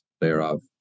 thereof